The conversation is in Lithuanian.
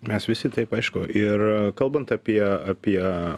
mes visi taip aišku ir kalbant apie apie